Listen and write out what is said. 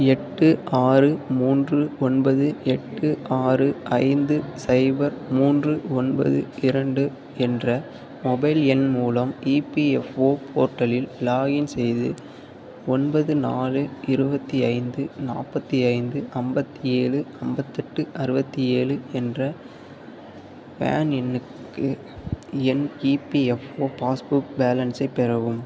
எட்டு ஆறு மூன்று ஒன்பது எட்டு ஆறு ஐந்து சைபர் மூன்று ஒன்பது இரண்டு என்ற மொபைல் எண் மூலம் இபிஎஃப்ஓ போர்ட்டலில் லாக்இன் செய்து ஒன்பது நாலு இருபத்தி ஐந்து நாற்பத்தி ஐந்து ஐம்பத்தி ஏழு ஐம்பத்தெட்டு அறுபத்தி ஏழு என்ற பேன் எண்ணுக்கு என் இபிஎஃப்ஓ பாஸ்புக் பேலன்ஸை பெறவும்